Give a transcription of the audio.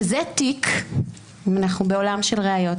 אם אנחנו בעולם של ראיות,